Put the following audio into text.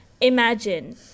Imagine